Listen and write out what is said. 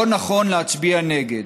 לא נכון להצביע נגד.